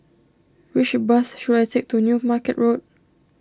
which bus should I take to New Market Road